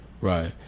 Right